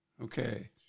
Okay